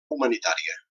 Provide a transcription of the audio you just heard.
humanitària